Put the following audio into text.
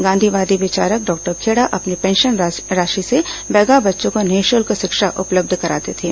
गांधीवादी विचारक डॉक्टर खेड़ा अपनी पेंशन राशि से बैगा बच्चों को निःशुल्क शिक्षा उपलब्ध कराते थे